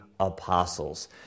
apostles